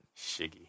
Shiggy